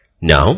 Now